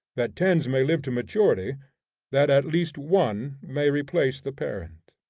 that tens may live to maturity that at least one may replace the parent.